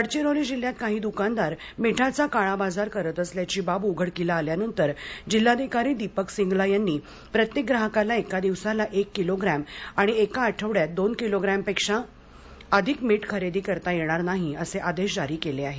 गडचिरोली जिल्ह्यात काही दुकानदार मीठाचा काळाबाजार करीत असल्याची बाब उघडकीस आल्यानंतर जिल्हाधिकारी दीपक सिंगला यांनी प्रत्येक ग्राहकाला एका दिवसाला एक किलोग्रॅम आणि एका आठवड्यात दोन किलोग्रॅपपेक्षा अधिक मीठ खरेदी करता येणार नाही असे आदेश जारी केले आहेत